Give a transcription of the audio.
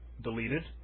deleted